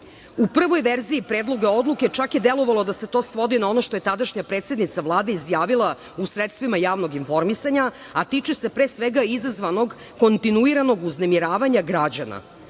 prvoj verziji Predloga odluke čak je delovalo da se to svodi na ono što je tadašnja predsednica Vlade izjavila u sredstvima javnog informisanja, a tiče se pre svega izazvanog kontinuiranog uznemiravanja građana,